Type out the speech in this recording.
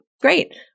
great